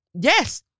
yes